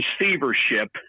receivership